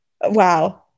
wow